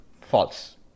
false